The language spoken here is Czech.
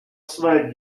své